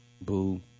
Boo